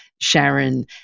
sharon